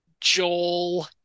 Joel